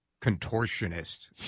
contortionist